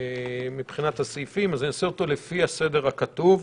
מבחינת הסעיפים, אז אני אעשה אותו לפי הסדר הכתוב.